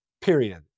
period